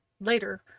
later